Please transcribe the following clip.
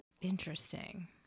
interesting